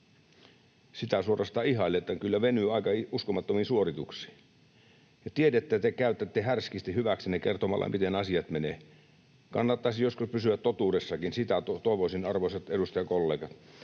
Sitä suorastaan ihailen, että kyllä se venyy aika uskomattomiin suorituksiin. Ja tiedettä te käytätte härskisti hyväksenne kertomalla, miten asiat menevät. Kannattaisi joskus pysyä totuudessakin. Sitä toivoisin, arvoisat edustajakollegat,